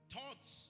Thoughts